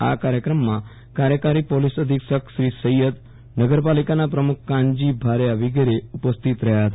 આ કાર્યક્રમમાં કાર્યકારી પોલીસ અધિક્ષક શ્રી સૈયદનગર પાલિકાના પ્રમુખ કાનજી ભાર્યા વિગેરે ઉપસ્થિત રહ્યા હતા